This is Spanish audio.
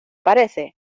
parece